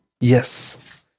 Yes